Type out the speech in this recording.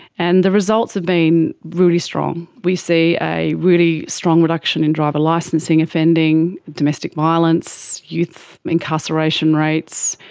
and the results have been really strong. we see a really strong reduction in driver licensing offending, domestic violence, youth incarceration rates,